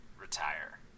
retire